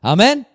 Amen